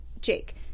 Jake